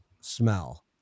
smell